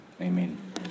Amen